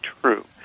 true